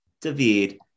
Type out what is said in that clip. David